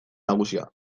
nagusia